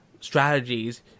strategies